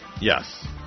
Yes